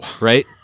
Right